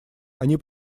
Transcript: они